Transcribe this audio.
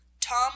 Tom